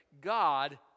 God